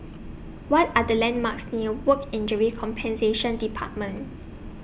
What Are The landmarks near Work Injury Compensation department